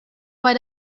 bei